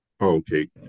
Okay